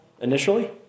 initially